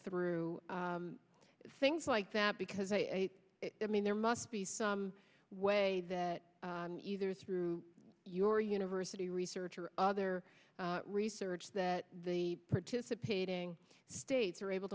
through things like that because i mean there must be some way that either through your university research or other research that the participating states are able